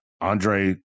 Andre